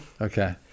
okay